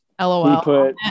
LOL